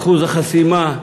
אחוז החסימה,